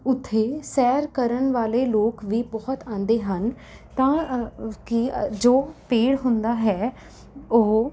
ਉੱਥੇ ਸੈਰ ਕਰਨ ਵਾਲੇ ਲੋਕ ਵੀ ਬਹੁਤ ਆਉਂਦੇ ਹਨ ਤਾਂ ਕਿ ਜੋ ਪੇੜ ਹੁੰਦਾ ਹੈ ਉਹ